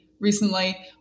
Recently